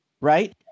right